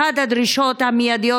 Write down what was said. אחת הדרישות המיידיות,